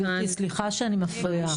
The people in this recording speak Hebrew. גבירתי, סליחה שאני מפריעה.